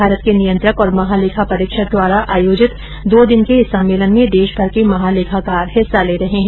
भारत के नियंत्रक और महालेखा परीक्षक द्वारा आयोजित दो दिन के इस सम्मेलन में देशभर के महालेखाकार हिस्सा ले रहे है